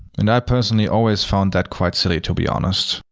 and i personally always found that quite silly, to be honest.